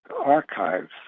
archives